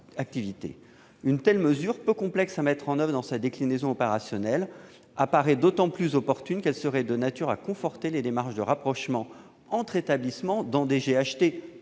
Une telle mesure, peu complexe à mettre en oeuvre dans sa déclinaison opérationnelle, apparaît d'autant plus opportune qu'elle permettrait de conforter les rapprochements entre établissements dans des GHT